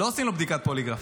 לא עושים לו בדיקת פוליגרף,